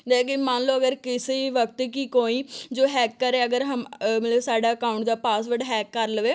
ਲੇਕਿਨ ਮੰਨ ਲਓ ਅਗਰ ਕਿਸੀ ਵਕਤ ਕਿ ਕੋਈ ਜੋ ਹੈਕਰ ਅਗਰ ਹਮ ਮਤਲਬ ਸਾਡਾ ਅਕਾਊਂਟ ਦਾ ਪਾਸਵਰਡ ਹੈਕ ਕਰ ਲਵੇ